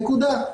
נקודה.